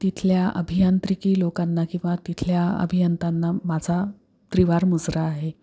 तिथल्या अभियांत्रिकी लोकांना किंवा तिथल्या अभियंत्यांना माझा त्रिवार मुजरा आहे